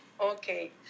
Okay